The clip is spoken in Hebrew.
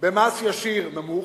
במס ישיר נמוך,